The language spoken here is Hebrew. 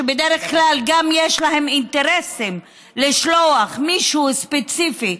שבדרך כלל גם יש להם אינטרסים לשלוח מישהו ספציפי,